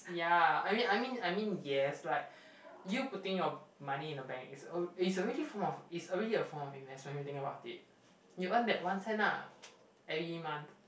yeah I mean I mean I mean yes like you putting your money in a bank is al~ is already a form of is already a form of investment you think about it you earn that one cent ah every month